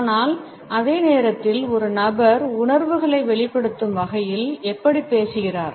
ஆனால் அதே நேரத்தில் ஒரு நபர் உணர்வுகளை வெளிப்படுத்தும் வகையில் எப்படி பேசுகிறார்